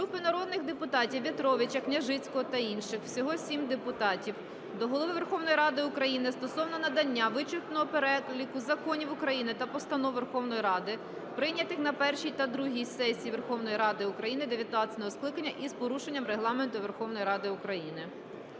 Групи народних депутатів (В'ятровича, Княжицького та інших. Всього 7 депутатів) до Голови Верховної Ради України стосовно надання вичерпного переліку законів України та постанов Верховної Ради, прийнятих на першій та другій сесії Верховної Ради України IX скликання із порушенням Регламенту Верховної Ради України.